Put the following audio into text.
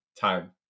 time